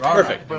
um perfect. but